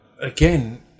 again